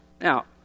Now